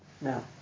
Now